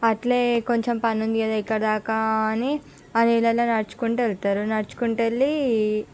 అట్లే కొంచెం పని ఉంది కదా ఇక్కడి దాకా అని ఆ నీళ్ళలో నడుచుకుంటూ వెళతారు నడుచుకుంటూ వెళ్ళి